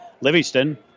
Livingston